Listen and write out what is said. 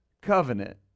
covenant